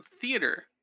theater